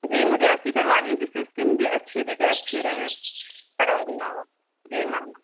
جی مجھے ایسی کروانی ہے جس سے اسکن بھی اچھی دکھے اچھی رہے خراب نا ہو جی میم